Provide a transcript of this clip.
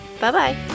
Bye-bye